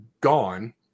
gone